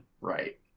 Right